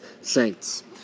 saints